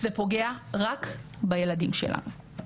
זה פוגע רק בילדים שלנו.